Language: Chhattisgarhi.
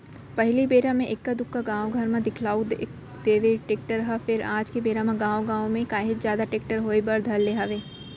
पहिली बेरा म एका दूका गाँव घर म दिखउल देवय टेक्टर ह फेर आज के बेरा म गाँवे गाँव म काहेच जादा टेक्टर होय बर धर ले हवय